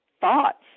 thoughts